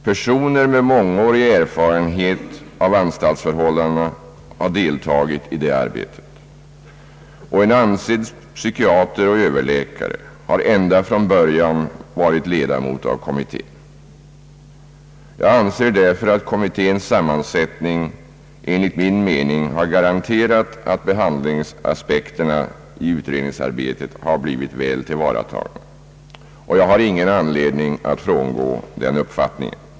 Personer med mångårig erfarenhet av anstaltsförhållandena har deltagit i det arbetet, och en ansedd psykiater och överläkare har ända från början varit ledamot av kommittén. Jag anser därför att kommitténs sammansättning har garanterat, att behandlingsaspekterna i utredningsarbetet har blivit väl tillvaratagna, och jag har ingen anledning att frångå den uppfattningen.